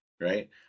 right